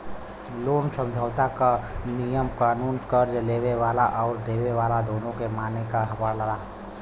loan समझौता क नियम कानून कर्ज़ लेवे वाला आउर देवे वाला दोनों के माने क पड़ला